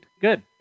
Good